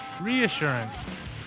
Reassurance